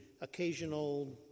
occasional